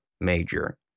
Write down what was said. major